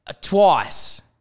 twice